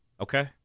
Okay